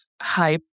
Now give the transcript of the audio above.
hype